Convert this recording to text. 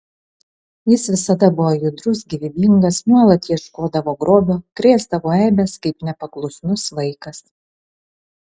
jis visada buvo judrus gyvybingas nuolat ieškodavo grobio krėsdavo eibes kaip nepaklusnus vaikas